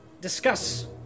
discuss